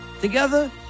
Together